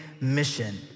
mission